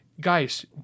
guys